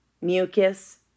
mucus